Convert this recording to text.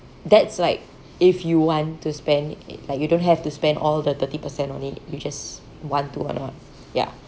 that's like if you want to spend it like you don't have to spend all the thirty percent on it you just want to or not ya